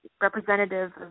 representative